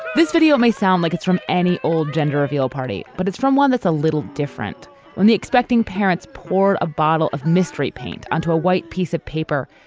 this video may sound like it's from any old gender reveal party but it's from one that's a little different when the expecting parents pour a bottle of mystery paint onto a white piece of paper.